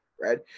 right